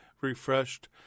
refreshed